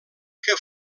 que